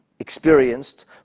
experienced